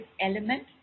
element